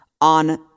on